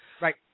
Right